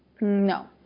No